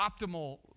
optimal